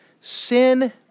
sin